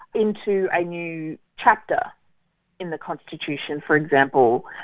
into a new chapter in the constitution, for example,